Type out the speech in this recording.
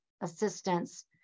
assistance